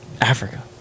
Africa